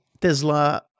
Tesla